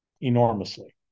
enormously